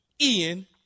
Ian